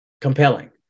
compelling